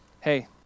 Hey